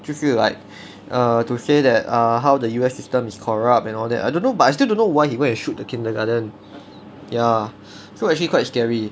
就是 like err to say that err how the U_S system is corrupt and all that I don't know but I still don't know why he go and shoot the kindergarten ya so actually quite scary